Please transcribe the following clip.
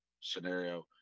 scenario